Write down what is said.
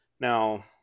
Now